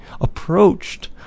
approached